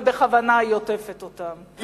ובכוונה היא עוטפת אותם,